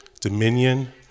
dominion